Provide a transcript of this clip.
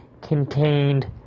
contained